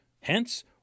Hence